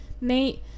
Nate